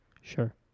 Sure